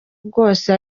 bwose